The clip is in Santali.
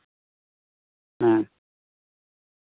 ᱦᱮᱸ